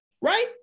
right